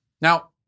Now